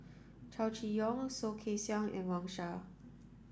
Chow Chee Yong Soh Kay Siang and Wang Sha